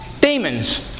demons